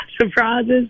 surprises